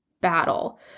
battle